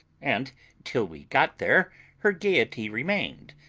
and till we got there her gaiety remained,